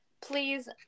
please